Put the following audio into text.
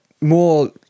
more